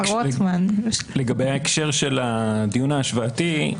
לגבי ההקשר של הדיון ההשוואתי,